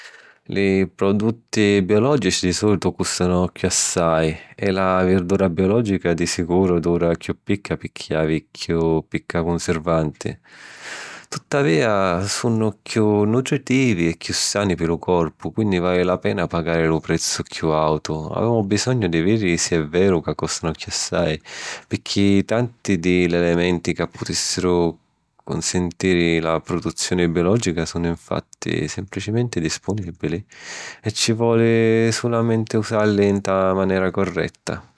Li produtti biològici di sòlitu cùstanu chiossai, e la virdura biològica di sicuru dura chiù picca picchì havi chiù picca cunsirvanti. Tuttavìa, sunnu chiù nutritivi e chiù sani pi lu corpu, quinni vali la pena pagari lu prezzu chiù àutu. Avemu bisognu di vìdiri si è veru ca cùstanu chiossai picchì tanti di l'elementi ca putìssiru cunsintiri la produzioni biològica sunnu 'nfatti simplicimenti dispunìbili, e ci voli sulamenti usalli nta na manera curretta.